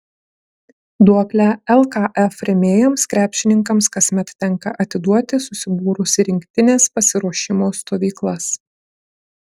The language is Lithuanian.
duoklę lkf rėmėjams krepšininkams kasmet tenka atiduoti susibūrus į rinktinės pasiruošimo stovyklas